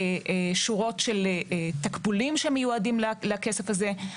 שורות של תקבולים שמיועדים לכסף הזה.